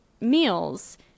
meals